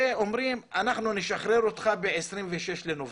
ואומרים: אנחנו נשחרר אותו ב-26 בנובמבר,